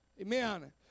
Amen